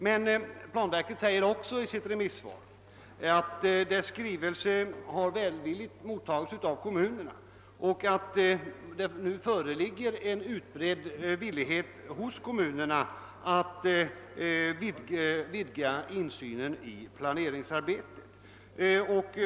Men planverket nämner också i sitt remissvar att dess skrivelse välvilligt mottagits av kommunerna och att det nu föreligger en utbredd villighet hos dessa att vidga insynen i plane ringsarbetet.